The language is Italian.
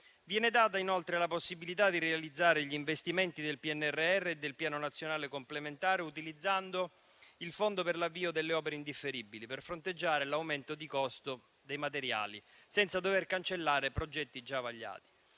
Viene data inoltre la possibilità di realizzare gli investimenti del PNRR e del Piano nazionale complementare utilizzando il fondo per l'avvio delle opere indifferibili, per fronteggiare l'aumento di costo dei materiali, senza dover cancellare progetti già vagliati.